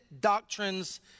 doctrines